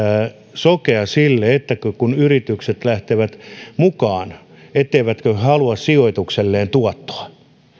sokea sille kun kun yritykset lähtevät mukaan etteivätkö ne halua sijoitukselleen tuottoa